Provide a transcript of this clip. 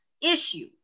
issue